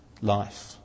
life